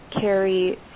carry